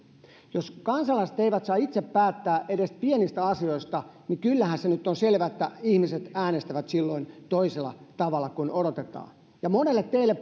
jos kansalaiset eivät saa itse päättää edes pienistä asioista niin kyllähän se nyt on selvä että ihmiset äänestävät silloin toisella tavalla kuin odotetaan ja monille teille